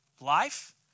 life